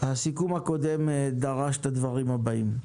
בסיכום הקודם דרשנו את הדברים הבאים: